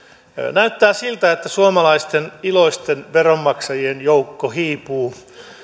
näyttää siltä että suomalaisten iloisten veronmaksajien joukko hiipuu